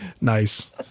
Nice